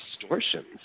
distortions